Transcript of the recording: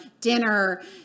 dinner